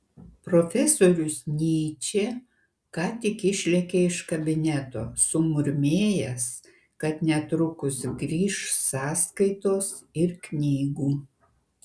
profesorius nyčė ką tik išlėkė iš kabineto sumurmėjęs kad netrukus grįš sąskaitos ir knygų